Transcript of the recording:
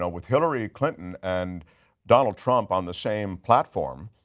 ah with hillary clinton and donald trump on the same platform,